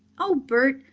oh, bert,